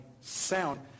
sound